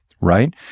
right